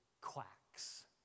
quacks